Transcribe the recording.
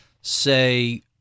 say